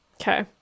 Okay